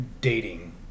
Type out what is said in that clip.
dating